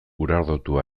urardotu